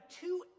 two